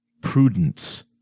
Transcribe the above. Prudence